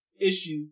issue